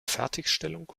fertigstellung